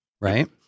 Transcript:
right